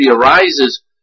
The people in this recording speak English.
arises